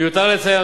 מיותר לציין,